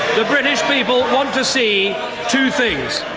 ah people want to see two things.